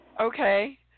Okay